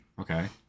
Okay